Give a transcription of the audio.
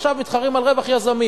עכשיו מתחרים על רווח יזמים.